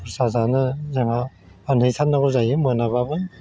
खरसा जानो जोंहा फानहैथारनांगौ जायो मोनाबाबो